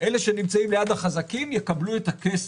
אלה שנמצאים ליד החזקים יקלו את הכסף.